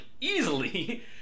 easily